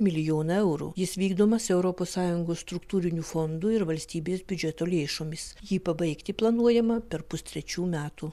milijoną eurų jis vykdomas europos sąjungos struktūrinių fondų ir valstybės biudžeto lėšomis jį pabaigti planuojama per pustrečių metų